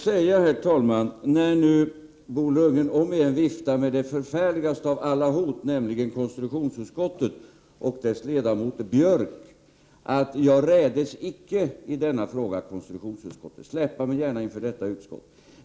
Låt mig nu, när Bo Lundgren om igen viftar med det förfärligaste av alla hot, nämligen konstitutionsutskottet och dess ledamot Björck, säga att jag icke rädes konstitutionsutskottet i denna fråga. Släpa mig gärna inför detta utskott!